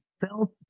felt